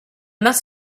must